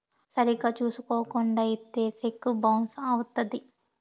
సరిగ్గా చూసుకోకుండా ఇత్తే సెక్కు బౌన్స్ అవుత్తది